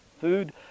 food